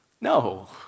No